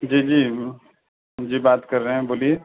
جی جی جی بات کر رہے ہیں بولیے